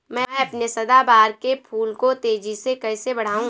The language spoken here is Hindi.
मैं अपने सदाबहार के फूल को तेजी से कैसे बढाऊं?